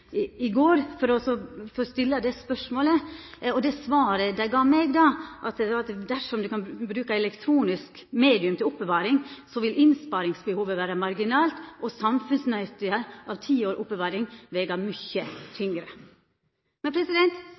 i går for å stilla spørsmålet, og det svaret dei gav meg da, var at dersom ein kan bruka elektronisk medium til oppbevaring, vil innsparingsbehovet vera marginalt, og samfunnsnytta av ti års oppbevaring vil vega mykje tyngre.